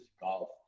golf